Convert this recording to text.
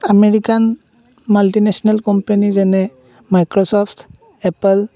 American multinational company যেনে Microsoft Apollo